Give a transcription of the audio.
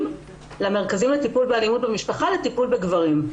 למרכזים לטיפול באלימות במשפחה לטיפול בגברים.